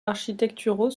architecturaux